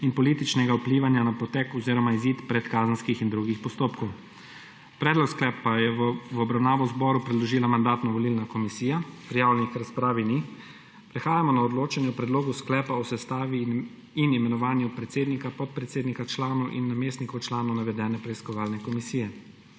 in političnega vplivanja na potek oziroma izid predkazenskih in drugih postopkov. Predlog sklepa je v obravnavo zboru predložila Mandatno-volilna komisija. Prijavljenih k razpravi ni. Prehajamo na odločanje o Predlogu sklepa o sestavi in imenovanju predsednika, podpredsednika, članov in namestnikov članov navedene preiskovalne komisije.